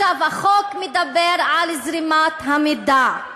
החוק מדבר על זרימת המידע,